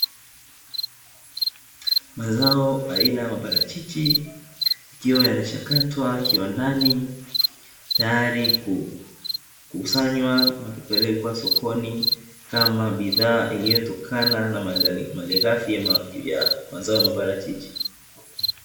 Mazao aina ya maparachichi yakiwa yanachakatwa kiwandani tayari kukusanywa na kupelekwa sokoni kama bidhaa iliyotokana na malighafi ya mazao ya maparachichi.